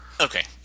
Okay